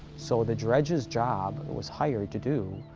so the dredge's job, was hired to do,